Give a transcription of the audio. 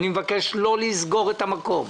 אני מבקש לא לסגור את המקום,